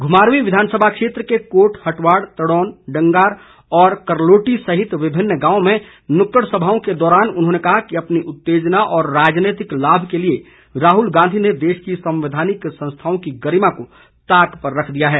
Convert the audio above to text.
घुमारवीं विधानसभा क्षेत्र के कोट हटवाड़ तड़ौन डंगार और करलोटी सहित विभिन्न गांवों में नुक्कड़ सभाओं के दौरान उन्होंने कहा कि अपनी उत्तेजना और राजनीतिक लाभ के लिए राहुल गांधी ने देश की संवैधानिक संस्थाओं की गरिमा को ताक पर रख दिया है